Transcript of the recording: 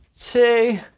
two